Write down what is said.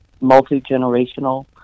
multi-generational